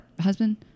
husband